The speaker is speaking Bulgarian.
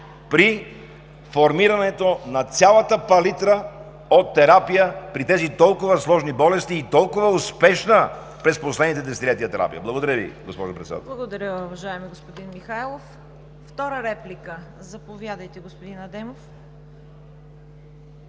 при формирането на цялата палитра от терапия при тези толкова сложни болести и толкова успешна през последните десетилетия терапия. Благодаря Ви, госпожо Председател. ПРЕДСЕДАТЕЛ ЦВЕТА КАРАЯНЧЕВА: Благодаря, уважаеми господин Михайлов. Втора реплика? Заповядайте, господин Адемов.